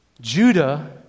Judah